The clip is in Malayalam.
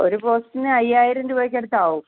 ഒരു പോസ്റ്റിന് അയ്യായിരം രൂപയ്ക്കടുത്താവും